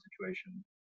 situation